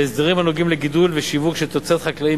להסדרים הנוגעים לגידול ושיווק של תוצרת חקלאית